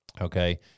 okay